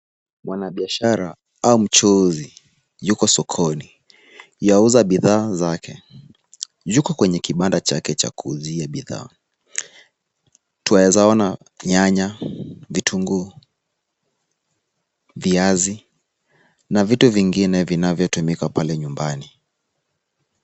Mwanabiashara au muchuuzi yuko sokoni. Yuauza bidhaa zake. Yuko kwenye kibanda chake cha kuuzia bidhaa. Twaweza ona nyanya, vitunguu, viazi na vitu vingine vinavyotumika pale nyumbani.